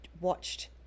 watched